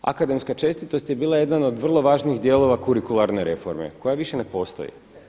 Akademska čestitost je bila jedan od vrlo važnih dijelova kurikuralne reforme koja više ne postoji.